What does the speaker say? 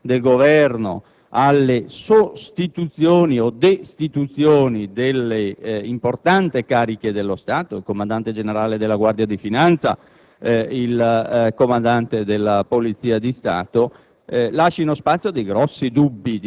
È evidente, credo, che l'approccio del Governo alle sostituzioni, o destituzioni, di importanti cariche dello Stato (il comandante generale della Guardia di finanza